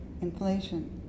inflation